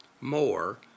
more